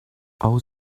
all